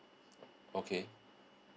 okay